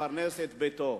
לפרנס את ביתו.